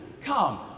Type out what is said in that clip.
Come